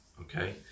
Okay